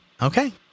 okay